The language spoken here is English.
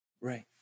Right